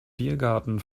biergarten